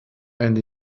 and